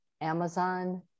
Amazon